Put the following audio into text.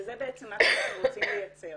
וזה בעצם מה שאנחנו רוצים לייצר.